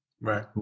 Right